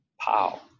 POW